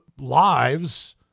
lives